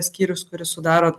skyrius kurį sudaro